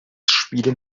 spielen